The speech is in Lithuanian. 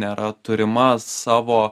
nėra turima savo